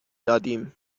دادیم